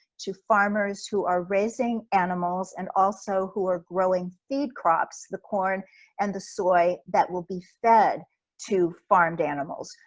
to farmers who are raising animals and also who are growing feed crops, the corn and the soy that will be fed to farmed animals.